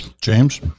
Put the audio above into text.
James